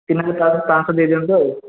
ତିନି ହଜାର ପାଞ୍ଚ ଶହ ଦେଇଦିଅନ୍ତୁ ଆଉ